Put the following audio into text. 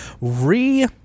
Re